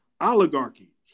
Oligarchy